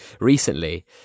recently